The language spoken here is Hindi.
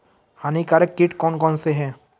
हानिकारक कीट कौन कौन से हैं?